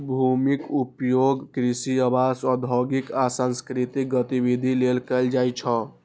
भूमिक उपयोग कृषि, आवास, औद्योगिक आ सांस्कृतिक गतिविधि लेल कैल जाइ छै